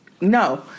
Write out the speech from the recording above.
No